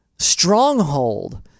stronghold